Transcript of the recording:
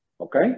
Okay